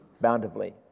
bountifully